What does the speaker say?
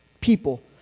people